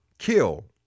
Kill